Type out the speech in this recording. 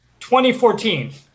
2014